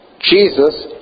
Jesus